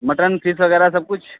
mutton fish वग़ैरह सब कुछ